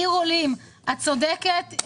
עיר עולים: את צודקת,